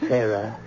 Sarah